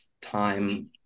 time